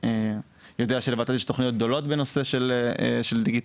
יודע שלות"ת יש תוכניות גדולות בנושא של הדיגיטציה,